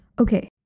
Okay